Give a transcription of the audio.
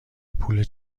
پول